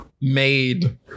made